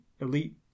elite